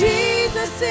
Jesus